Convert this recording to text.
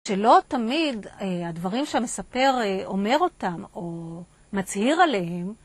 שלא תמיד הדברים שהמספר אומר אותם או מצהיר עליהם.